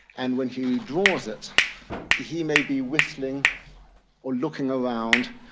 and when he draws it he may be whistling or looking around,